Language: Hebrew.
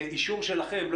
אישור שלכם,